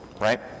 right